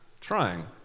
trying